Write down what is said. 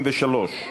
33)